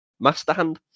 Masterhand